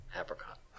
Apricot